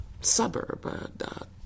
suburb